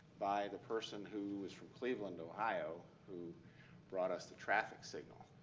by the person who is from cleveland, ohio who brought us the traffic signal.